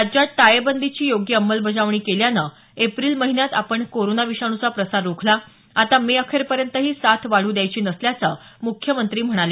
राज्यात टाळेबंदीची योग्य अंमलबजावणी केल्यानं एप्रिल महिन्यात आपण कोरोना विषाणूचा प्रसार रोखला आता मे अखेरपर्यंत ही साथ वाढू द्यायची नसल्याचं मुख्यमंत्री म्हणाले